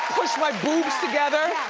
push my boobs together.